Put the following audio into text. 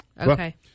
Okay